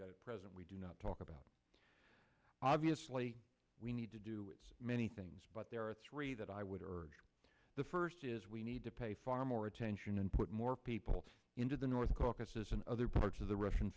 that present we do not talk about obviously we need to do it many things but there are three that i would urge the first is we need to pay far more attention and put more people into the north caucuses and other parts of the russian